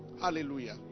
Hallelujah